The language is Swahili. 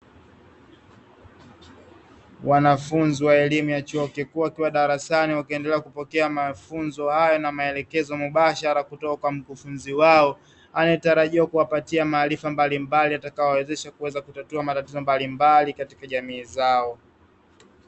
Wanafunzi wa elimu ya chuo kikuu wakiwa darasani wakiendelea kupokea mafunzo hayo na maelekezo mubashara kutoka kwa mkufunzi wao, anayetarajiwa kuwapatia maarifa mbalimbali yatakayowawezesha kuweza kutatua matatizo mbalimbali katika jamii zao.